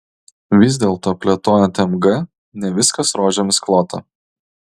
vis dėlto plėtojant mg ne viskas rožėmis klota